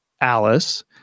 Alice